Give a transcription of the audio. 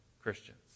Christians